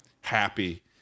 happy